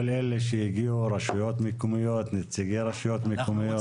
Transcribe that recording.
לרשויות המקומיות, לנציגי הרשויות המקומיות.